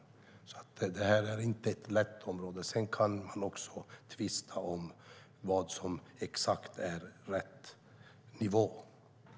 Det här är inget lätt område. Sedan kan man tvista om vad som är exakt rätt nivå.